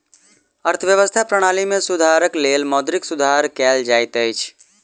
अर्थव्यवस्था प्रणाली में सुधारक लेल मौद्रिक सुधार कयल जाइत अछि